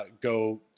go